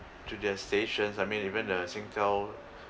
to their stations I mean even the singtel